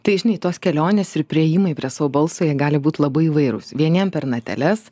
tai žinai tos kelionės ir priėjimai prie savo balso jie gali būt labai įvairūs vieniem per nateles